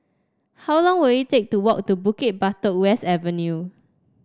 how long will it take to walk to Bukit Batok West Avenue